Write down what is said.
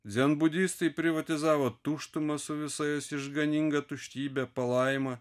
dzenbudistai privatizavo tuštumą su visais išganingą tuštybę palaimą